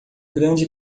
grande